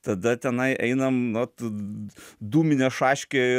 tada tenai einam vat dūminė šaškė